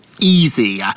easy